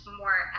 more